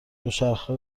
دوچرخه